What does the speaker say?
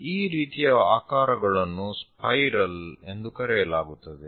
ಈ ರೀತಿಯ ಆಕಾರಗಳನ್ನು ಸ್ಪೈರಲ್ ಎಂದು ಕರೆಯಲಾಗುತ್ತದೆ